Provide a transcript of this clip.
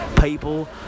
people